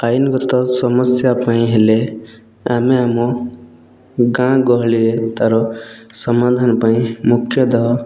ଆଇନ୍ ଗତ ସମସ୍ୟା ପାଇଁ ହେଲେ ଆମେ ଆମ ଗାଁ ଗହଳିରେ ତାର ସମାଧାନ ପାଇଁ ମୁଖ୍ୟତଃ